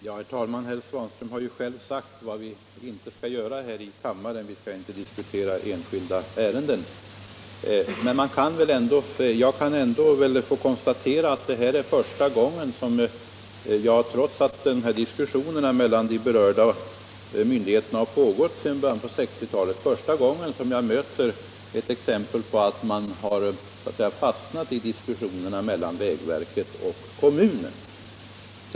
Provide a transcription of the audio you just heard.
Herr talman! Herr Svanström har själv sagt vad vi inte skall göra här i kammaren -— vi skall inte diskutera enskilda ärenden. Jag kan väl ändå få konstatera att det här är första gången som jag — trots att diskussionerna stenvalvsbroar som kulturminnesmärken mellan berörda myndigheter har pågått sedan början av 1960-talet — möter exempel på att diskussionerna mellan vägverket och en kommun har kört fast.